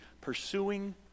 pursuing